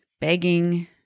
begging